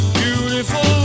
beautiful